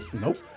Nope